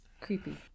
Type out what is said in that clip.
creepy